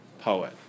poet